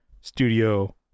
studio